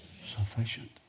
sufficient